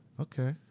okay.